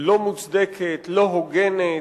לא מוצדקת, לא הוגנת,